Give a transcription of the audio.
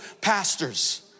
pastors